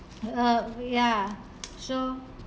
uh ya so